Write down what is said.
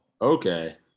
okay